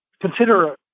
consider